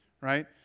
right